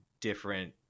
different